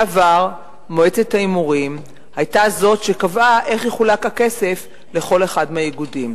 בעבר מועצת ההימורים היתה זאת שקבעה איך יחולק הכסף לכל אחד מהאיגודים.